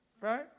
right